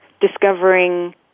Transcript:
discovering